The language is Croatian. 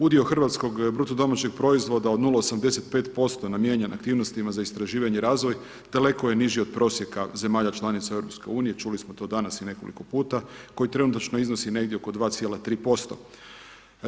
Udio hrvatskog BDP-a od 0,85% namijenjen aktivnostima za istraživanje i razvoj daleko je niži od prosjeka zemalja članica EU, čuli smo to danas i nekoliko puta, koji trenutačno iznosi negdje oko 2,3